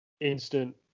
instant